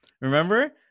Remember